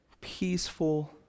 peaceful